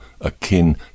akin